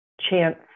chance